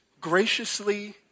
graciously